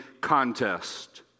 contest